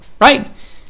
right